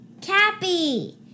Cappy